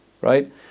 right